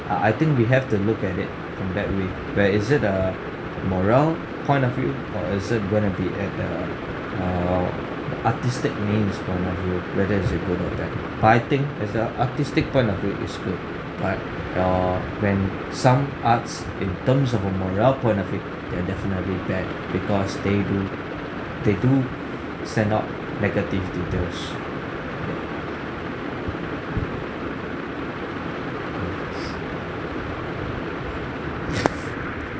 uh I think we have to look at it in that way where is it a moral point of view or is it going to be at a err artistic means point of view whether it's good or bad but I think as a artistic point of view it's good but err when some arts in terms of a moral point of view they're definitely bad because they will they do send out negative details